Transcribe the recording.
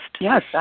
Yes